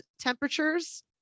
temperatures